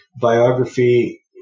biography